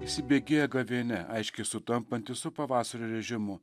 įsibėgėja gavėnia aiškiai sutampanti su pavasario režimu